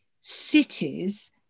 cities